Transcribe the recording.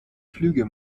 flüge